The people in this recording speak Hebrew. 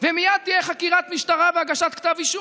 ומייד תהיה חקירת משטרה והגשת כתב אישום.